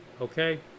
Okay